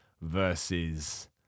versus